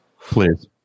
please